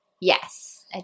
yes